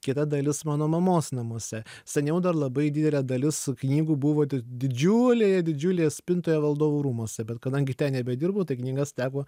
kita dalis mano mamos namuose seniau dar labai didelė dalis knygų buvo didžiulėje didžiulėje spintoje valdovų rūmuose bet kadangi ten nebedirbu tai knygas teko